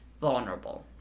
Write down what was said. vulnerable